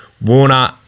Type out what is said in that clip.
Warner